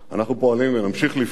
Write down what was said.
אנחנו פועלים, ונמשיך לפעול,